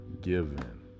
given